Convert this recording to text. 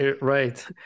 Right